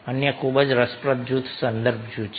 અન્ય ખૂબ જ રસપ્રદ જૂથ સંદર્ભ જૂથ છે